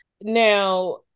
Now